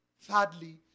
Thirdly